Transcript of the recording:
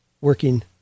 working